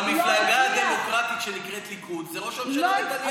במפלגה הדמוקרטית שנקראת הליכוד זה ראש הממשלה נתניהו,